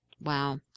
wow